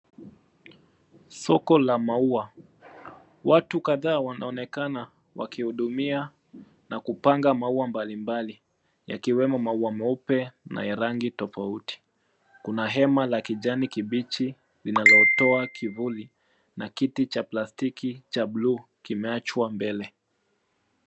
Soko la maua. Watu kadhaa wanaonekana wakihudumia na kupanga maua mbalimbali yakiwemo maua meupe na ya rangi tofauti. Kuna hema la kijani kibichi linalotoa kivuli na kiti cha plastiki cha bluu kimeachwa mbele.